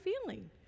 feeling